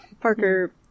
Parker